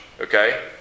okay